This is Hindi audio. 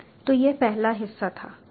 तो यह पहला हिस्सा था